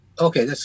Okay